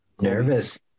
Nervous